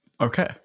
Okay